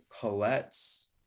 colette's